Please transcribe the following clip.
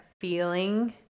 feeling